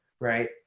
right